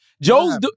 Joe's